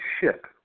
ship